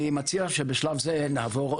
אני מציע שבשלב זה נעבור,